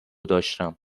داشتم